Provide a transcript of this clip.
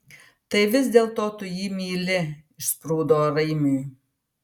tai vis dėlto tu jį myli išsprūdo raimiui